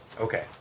Okay